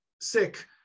sick